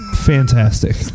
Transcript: Fantastic